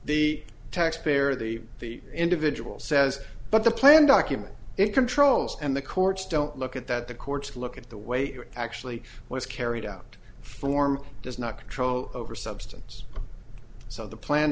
the taxpayer the the individual says but the plan documents it controls and the courts don't look at that the courts look at the way it actually was carried out form does not control over substance so the plan